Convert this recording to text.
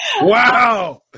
Wow